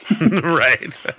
Right